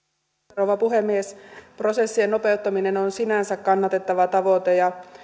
rouva puhemies prosessien nopeuttaminen on sinänsä kannatettava tavoite ja